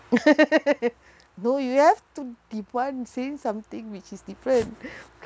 no you have to [one] saying something which is different